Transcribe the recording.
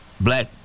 black